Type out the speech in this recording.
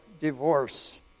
divorce